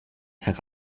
herr